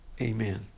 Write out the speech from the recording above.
Amen